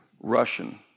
Russian